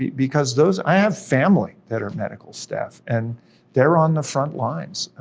because those, i have family that are medical staff, and they're on the front lines,